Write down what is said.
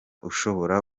ushobora